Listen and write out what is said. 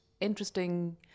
interesting